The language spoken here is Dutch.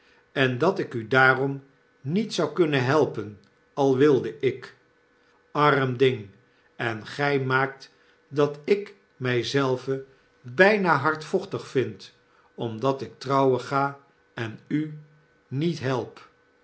en dat ik u daarom niet zou kunnen helpen al wilde ik arm ding en gy maakt dat ik mij zelve byna hardvochtig vind omdat ik trouwen ga en u niet help